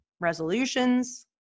Resolutions